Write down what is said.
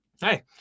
hey